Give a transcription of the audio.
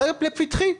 זה לפתחי.